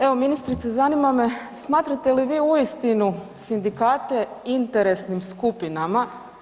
Evo ministrice, zanima me smatrate li uistinu sindikate interesnim skupinama?